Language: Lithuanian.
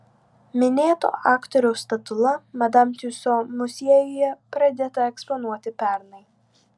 minėto aktoriaus statula madam tiuso muziejuje pradėta eksponuoti pernai